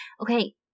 okay